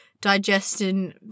digestion